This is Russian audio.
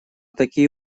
такие